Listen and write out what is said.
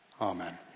amen